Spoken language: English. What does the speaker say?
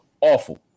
awful